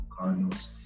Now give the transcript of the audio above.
Cardinals